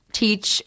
teach